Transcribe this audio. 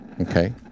Okay